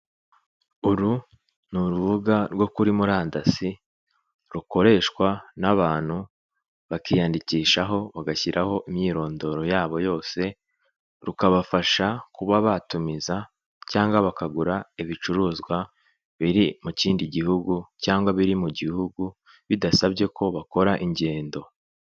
Uru ni urubuga rwo kuri murandasi rukoreshwa n'abantu bakiyandikishaho, bagashyiraho imyirondoro yabo yose. Rukabafasha kuba batumiza cyangwa bakagura ibicuruzwa biri mu kindi gihugu cyangwa biri mu gihugu bidasabye ko bakora ingendo.